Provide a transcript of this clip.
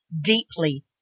deeply